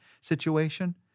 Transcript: situation